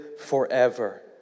forever